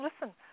listen